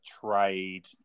trade